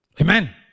Amen